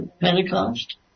Pentecost